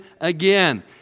again